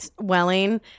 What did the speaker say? Welling